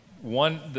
One